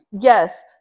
yes